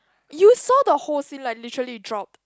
you saw the whole scene like literally it dropped